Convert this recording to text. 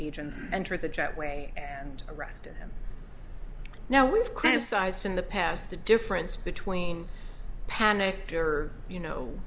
agents entered the jetway and arrested him now we've criticized in the past the difference between panicked or you know